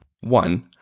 One